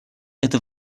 это